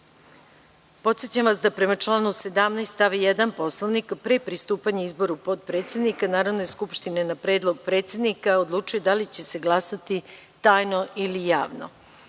Čomić. Podsećam vas da, prema članu 17. stav 1. Poslovnika, pre pristupanja izboru potpredsednika, Narodna skupština na predlog predsednika odlučuje da li će se glasati tajno ili javno.